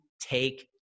take